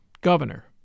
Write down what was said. Governor